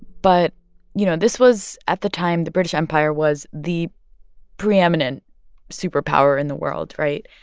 but you know, this was at the time, the british empire was the preeminent superpower in the world, right?